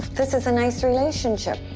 this is a nice relationship.